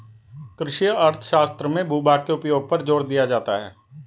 कृषि अर्थशास्त्र में भूभाग के उपयोग पर जोर दिया जाता है